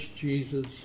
Jesus